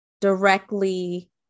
directly